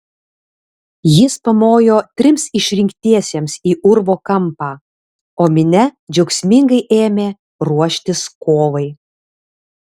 jis pamojo trims išrinktiesiems į urvo kampą o minia džiaugsmingai ėmė ruoštis kovai